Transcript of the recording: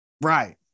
Right